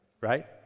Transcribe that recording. right